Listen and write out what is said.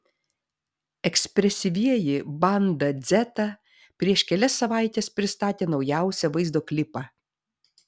ekspresyvieji banda dzeta prieš kelias savaites pristatė naujausią vaizdo klipą